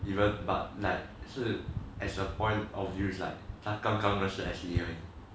even but like 是 as a point of view is like 他刚刚认识 ashley 而已